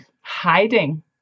hiding